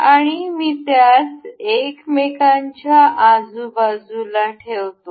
आणि मी त्यास एकमेकांच्या आजूबाजूला ठेवतो